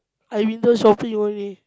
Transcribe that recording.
I window shopping only